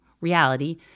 reality